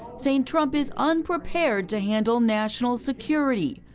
saying trump is unprepared to handle national security.